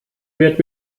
wird